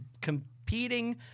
competing